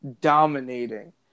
dominating